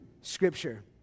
Scripture